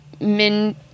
Min